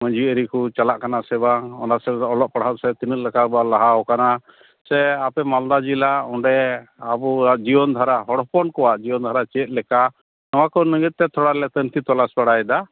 ᱢᱟᱹᱡᱷᱤ ᱟᱹᱨᱤ ᱠᱚ ᱪᱟᱞᱟᱜ ᱠᱟᱱᱟ ᱥᱮ ᱵᱟᱝ ᱚᱱᱟ ᱥᱟᱶᱛᱮ ᱚᱞᱚᱜ ᱯᱟᱲᱦᱟᱜ ᱥᱮᱫ ᱛᱤᱱᱟᱹᱜ ᱞᱮᱠᱟ ᱵᱚ ᱞᱟᱦᱟᱣᱟᱠᱟᱱᱟ ᱥᱮ ᱟᱯᱮ ᱢᱟᱞᱫᱟ ᱡᱮᱞᱟ ᱚᱸᱰᱮ ᱟᱵᱚᱣᱟᱜ ᱡᱤᱭᱚᱱ ᱫᱷᱟᱨᱟ ᱦᱚᱲ ᱦᱚᱯᱚᱱ ᱠᱚᱣᱟᱜ ᱡᱤᱭᱚᱱ ᱫᱷᱟᱨᱟ ᱪᱮᱫ ᱞᱮᱠᱟ ᱱᱚᱣᱟ ᱞᱟᱹᱜᱤᱫ ᱛᱮ ᱛᱷᱚᱲᱟ ᱞᱮ ᱛᱩᱱᱠᱷᱤ ᱛᱚᱞᱟᱥ ᱵᱟᱲᱟᱭᱮᱫᱟ